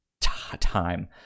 time